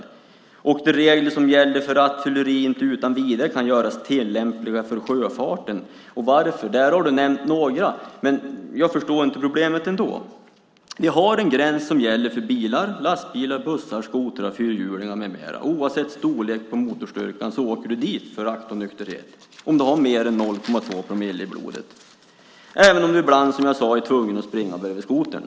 Du sade att de regler som gäller för rattfylleri inte utan vidare kan göras tillämpliga för sjöfarten. Du har nämnt några skäl, men jag förstår ändå inte problemet. Vi har en gräns som gäller för bilar, lastbilar, bussar, skotrar, fyrhjulingar med mera. Oavsett storlek på motorstyrkan åker du dit för rattonykterhet om du har mer än 0,2 promille i blodet, även om du som jag tidigare sade ibland är tvungen att springa bredvid skotern.